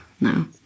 No